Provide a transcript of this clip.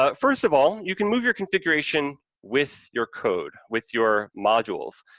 but first of all, you can move your configuration with your code, with your modules.